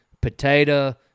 potato